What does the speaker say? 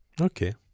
Okay